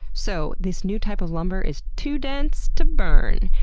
so this new type of lumber is too dense to burn,